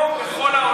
כמו בכל העולם.